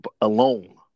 alone